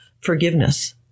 forgiveness